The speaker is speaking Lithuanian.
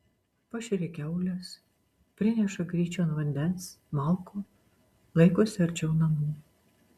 pašeria kiaules prineša gryčion vandens malkų laikosi arčiau namų